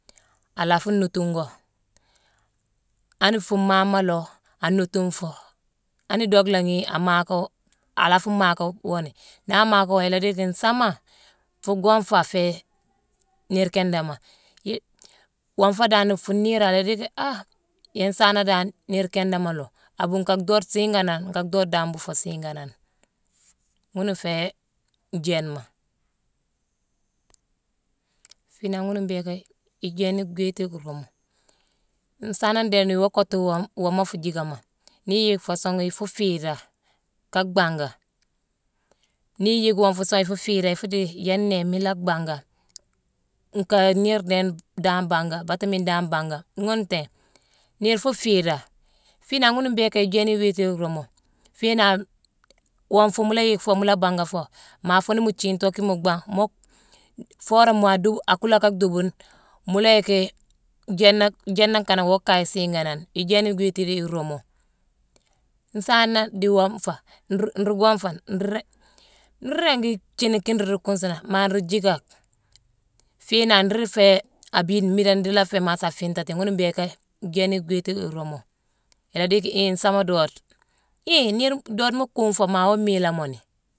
A la fuu nuudetuungh go. Ani fuu mmaama loo, an nuudetuungh foo. Ani dock langhi, aa maaka-o-a la fuu maaka wooni. Naa amaaka wooni, ila dii yicki nsaama, fuu gwonfa aféé niir kiindéma. I-wonfa dan fuu niirone ila diiki haa yéé nsaana dan niir kinda maloo. Abuu nka dhoode siiganane, nka dhoode dan buufo siiganane. Ghuna féé jéénema. Fii naagh ghuna mbhééké ijééne gwiiti iruumu. Nsaane ndééne iwoo kottu-woom-wooma fuu jiikama. Nii iyick foo song ifuu fiida ka bhanga. Nii iyick wonfu song ifuu fiidé. Ifuu dii yééne né, miine nlaa bhaanga, nka niir dééne dan banga bata miine dan mbanga. Ghune ntéé. Nii fuu fiida. Fiinangh ghuna mbhiiké ijééne iwiiti iruumu. Fiinangh wonfu mu la yick, mu la banga foo. Maa foo ni mu jiitoo kiine muu bhangh-moo-foo worama adubuni-akuula ka dhuubune, mu la yicki jiina-jiine nangh kanane woo kaye siiganane. Ijééne igwiiti la iruumu. Nsaana dii wonfa, nruu-nruu wonfane, nré-nruu ringi jiini kiine nruu dii nruu kuunsunone. Maa nruu jiika, fiinangh, nruu féé abiine, miidangh nruula féé mass afiitati. Ghuna mbhiiké jééne gwiiti iruumu. Ila dii yicki nsaama doode. Hii niir-doode muu kuunfo, maa awoo miilamoni